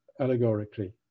allegorically